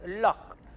luck